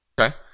Okay